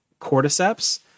cordyceps